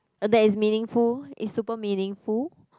oh that is meaningful is super meaningful